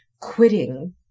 quitting